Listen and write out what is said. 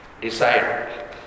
decide